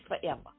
forever